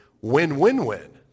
win-win-win